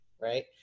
right